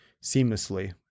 seamlessly